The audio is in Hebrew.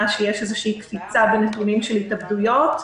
שיש איזו קפיצה בנתונים של התאבדויות.